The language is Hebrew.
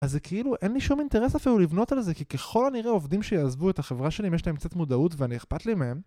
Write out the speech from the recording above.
אז זה כאילו אין לי שום אינטרס אפילו לבנות על זה כי ככל אני ראה עובדים שיעזבו את החברה שלי אם יש להם קצת מודעות ואני אכפת להם